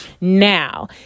Now